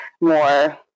more